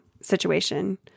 situation